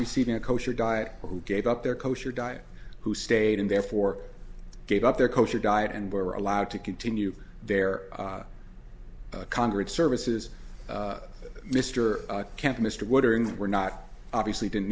receiving a kosher diet who gave up their kosher diet who stayed and therefore gave up their kosher diet and were allowed to continue their congress services mr camp mr watering were not obviously didn't